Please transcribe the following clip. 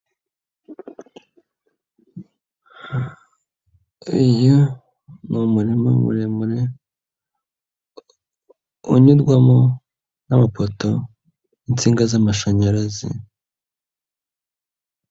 Uyu ni umurima muremure unyurwamo n'amapoto insinga z'amashanyarazi.